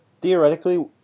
theoretically